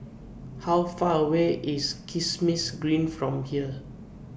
How Far away IS Kismis Green from here